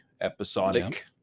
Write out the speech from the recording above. episodic